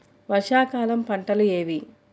వర్షాకాలం పంటలు ఏవి?